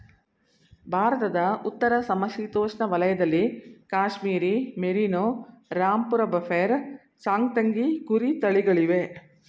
ಭಾರತದ ಉತ್ತರ ಸಮಶೀತೋಷ್ಣ ವಲಯದಲ್ಲಿ ಕಾಶ್ಮೀರಿ ಮೇರಿನೋ, ರಾಂಪುರ ಬಫೈರ್, ಚಾಂಗ್ತಂಗಿ ಕುರಿ ತಳಿಗಳಿವೆ